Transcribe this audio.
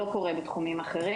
זה לא קורה בתחומים אחרים.